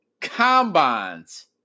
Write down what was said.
combines